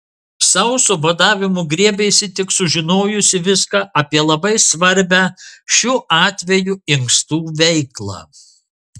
sauso badavimo griebėsi tik sužinojusi viską apie labai svarbią šiuo atveju inkstų veiklą